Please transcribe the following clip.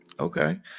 Okay